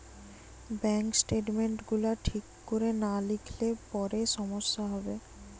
bank statement গুলা ঠিক কোরে না লিখলে পরে সমস্যা হবে